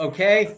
Okay